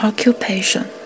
Occupation